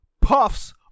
Puffs